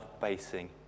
basing